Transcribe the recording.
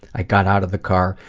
i got out of the car,